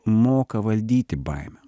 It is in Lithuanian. moka valdyti baimę